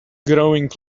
growing